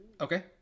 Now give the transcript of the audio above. Okay